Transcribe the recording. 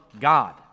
God